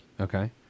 Okay